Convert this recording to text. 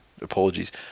apologies